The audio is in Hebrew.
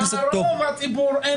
לרוב הציבור אין תו ירוק.